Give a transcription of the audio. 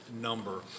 number